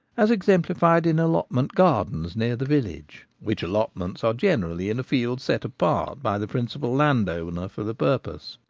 as exemplified in allotment gardens near the village, which allotments are generally in a field set apart by the principal landowner for the purpose?